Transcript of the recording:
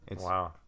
Wow